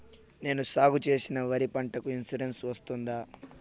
నేను సాగు చేసిన వరి పంటకు ఇన్సూరెన్సు వస్తుందా?